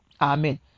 Amen